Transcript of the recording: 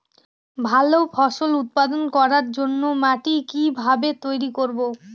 ভালো ফসল উৎপাদন করবার জন্য মাটি কি ভাবে তৈরী করব?